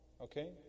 Okay